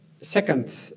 Second